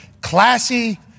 classy